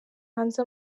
hanze